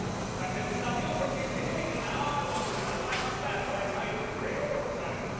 but that didn't stop you from continuing, and now, i will twirl my mustache while i tie you to these railroad tracks.